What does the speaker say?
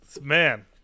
man